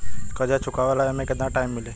कर्जा चुकावे ला एमे केतना टाइम मिली?